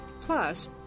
Plus